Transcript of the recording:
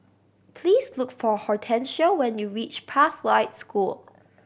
please look for Hortencia when you reach Pathlight School